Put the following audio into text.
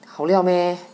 好料 meh